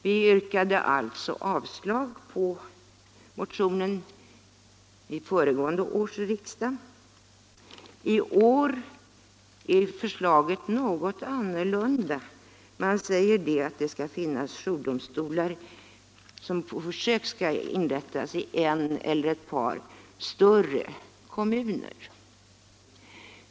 Vi yrkade alltså avslag på motionen vid föregående års riksdag. I år är förslaget som sagt något annorlunda. Motionärerna vill att jourdomstolar på försök skall inrättas i en eller ett par större kommuner.